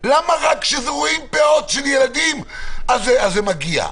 למה רק כשרואים פאות של ילדים זה מגיע?